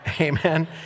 Amen